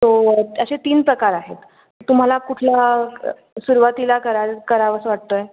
so असे तीन प्रकार आहेत तुम्हाला कुठला सुरवातीला कराल करावंसं वाटतो आहे